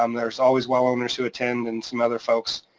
um there's always well owners who attend, and some other folks,